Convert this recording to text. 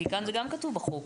כי כאן זה גם כתוב בחוק.